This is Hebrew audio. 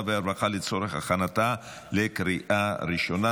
והרווחה לצורך הכנתה לקריאה ראשונה.